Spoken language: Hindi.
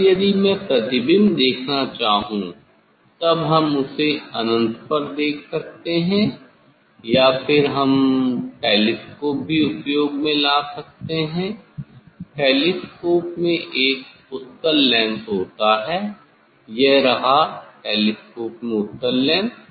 अब यदि मैं प्रतिबिंब देखना चाहूं तब हम उसे अनंत पर देख सकते हैं या फिर हम टेलीस्कोप भी उपयोग में ला सकते हैं टेलीस्कोप में एक उत्तल लेंस होता है यह रहा टेलीस्कोप में उत्तल लेंस